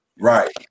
Right